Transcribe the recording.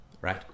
right